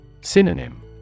Synonym